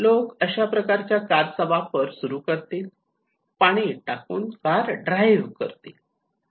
लोक अशा कारचा वापर सुरु करतील पाणी टाकून कार ड्राईव्ह करतील